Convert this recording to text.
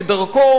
כדרכו,